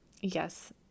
yes